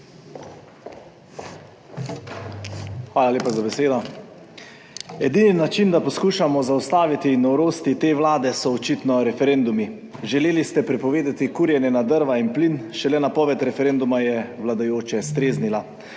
Hvala lepa za besedo. Edini način, da poskušamo zaustaviti norosti te vlade, so očitno referendumi. Želeli ste prepovedati kurjenje na drva in plin, šele napoved referenduma je vladajoče streznila.